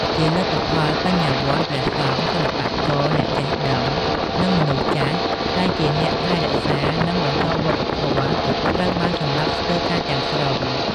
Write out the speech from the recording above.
ជាលទ្ធផល បញ្ញវន្ត ព្រះសង្ឃ សិល្បករ អ្នកចេះដឹង និងមនុស្សចាស់ ដែលជាអ្នកថែរក្សា និងបន្តវប្បធម៌ ត្រូវបានសម្លាប់ស្ទើរតែទាំងស្រុង។